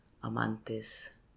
amantes